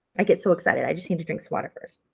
i get so excited. i just need to drink some water first.